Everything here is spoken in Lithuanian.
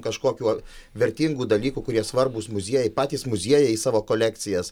kažkokių vertingų dalykų kurie svarbūs muziejai patys muziejai į savo kolekcijas